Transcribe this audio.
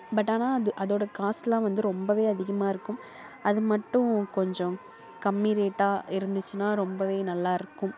but ஆனால் அது அதோட காஸ்ட் எல்லாம் வந்து ரொம்பவே அதிகமாக இருக்கும் அது மட்டும் கொஞ்சம் கம்மி ரேட்டாக இருந்துச்சுன்னா ரொம்பவே நல்லா இருக்கும்